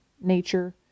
nature